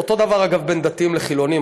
ואותו דבר, אגב, בין דתיים לחילונים.